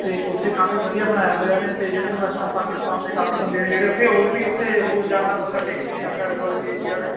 ਅਤੇ ਉੱਥੇ ਕਾਫ਼ੀ ਵਧੀਆ ਬਣਾਇਆ ਹੋਇਆ ਨੇ ਅਤੇ ਜਿਹੜੇ ਹੁਣ ਇਸ ਟੈਮ ਪਾਕਿਸਤਾਨ ਦੇ ਕਾਫ਼ੀ ਬੰਦੇ ਨੇ ਜਿਹੜੇ ਉੱਥੇ ਉਹ ਵੀ ਉੱਥੇ ਰੋਜ਼ਾਨਾ ਮੱਥਾ ਟੇਕਦੇ ਨੇ ਆ ਕੇ ਆਲੇ ਦੁਆਲੇ ਦੇ ਏਰੀਏ ਵਾਲੇ